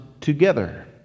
together